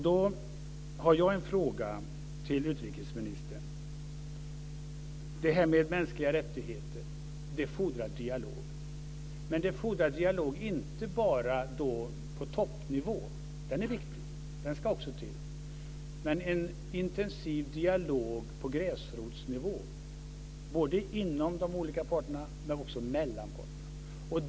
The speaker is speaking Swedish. Då har jag en fråga till utrikesministern. Mänskliga rättigheter fordrar dialog. Det fordrar dialog inte bara på toppnivå. Den är viktig. Den ska också till. Men det fordrar också en intensiv dialog på gräsrotsnivå både i de egna leden och mellan parterna.